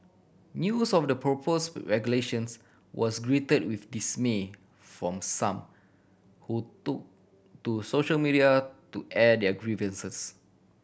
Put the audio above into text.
news of the proposed regulations was greeted with dismay from some who took to social media to air their grievances